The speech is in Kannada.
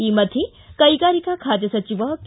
ಈ ಮಧ್ಯೆ ಕೈಗಾರಿಕಾ ಖಾತೆ ಸಚಿವ ಕೆ